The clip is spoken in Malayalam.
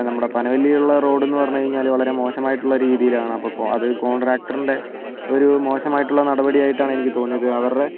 നമ്മുടെ പനവില്ലി ഉള്ള റോഡ് എന്ന് പറഞ്ഞുകഴിഞ്ഞാൽ വളരെ മോശമായിട്ടുള്ള രീതിയിലാണ് അപ്പം അത് കോൺട്രാക്ടറിൻ്റെ ഒരു മോശമായിട്ടുള്ള നടപടിയായിട്ടാണ് എനിക്ക് തോന്നിയത് അവരുടെ